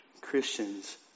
Christians